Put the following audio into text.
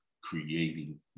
creating